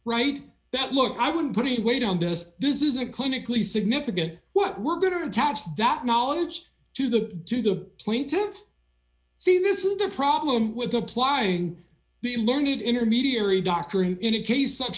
right that look i wouldn't put any weight on does this is a clinically significant what we're going to attach that knowledge to the do the plaintive see this is the problem with applying the learned intermediary doctor who in a case such